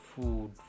food